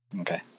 okay